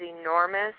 enormous